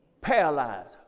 paralyzed